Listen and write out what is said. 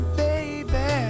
baby